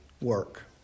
work